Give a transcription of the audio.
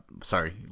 Sorry